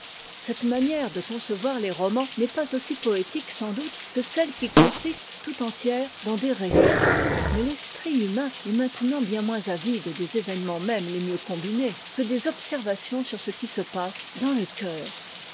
cette manière de concevoir les romans n'est pas aussi poétique sans doute que celle qui consiste tout entière dans des récits mais l'esprit humain est maintenant bien moins avide des événements même les mieux combinés que des observations sur ce qui se passe dans te cœur